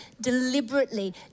Deliberately